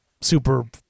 super